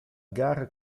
gara